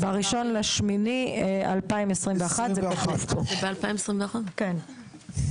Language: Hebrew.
ב-1 באוגוסט 2021. עם